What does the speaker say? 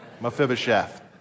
Mephibosheth